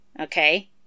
okay